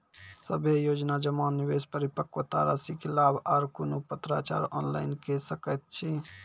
सभे योजना जमा, निवेश, परिपक्वता रासि के लाभ आर कुनू पत्राचार ऑनलाइन के सकैत छी?